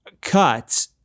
cut